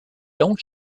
don’t